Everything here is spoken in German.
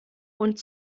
und